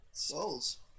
Souls